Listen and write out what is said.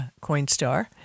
Coinstar